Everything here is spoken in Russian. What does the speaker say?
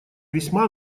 весьма